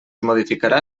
modificarà